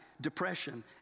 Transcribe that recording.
depression